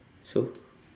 so